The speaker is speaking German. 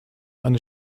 eine